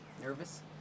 Nervous